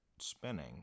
spinning